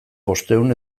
bostehun